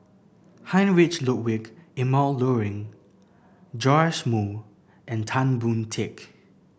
Heinrich Ludwig Emil Luering Joash Moo and Tan Boon Teik